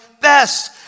best